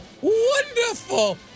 wonderful